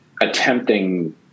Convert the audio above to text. attempting